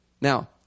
now